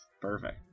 Perfect